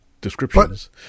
descriptions